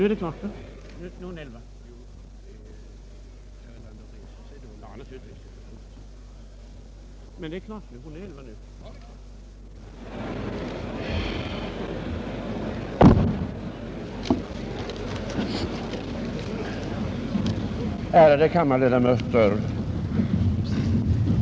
Ärade kammarledamöter!